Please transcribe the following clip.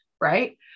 Right